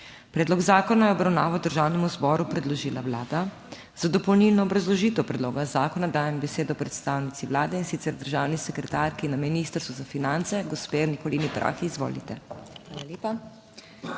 Predlog zakona je v obravnavo Državnemu zboru predložila Vlada. Za dopolnilno obrazložitev predloga zakona dajem besedo predstavnici Vlade, in sicer državni sekretarki na Ministrstvu za finance, gospe Nikolini Prah. Izvolite.